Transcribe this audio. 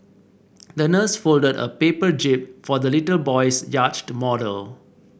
the nurse folded a paper jib for the little boy's yacht model